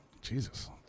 Jesus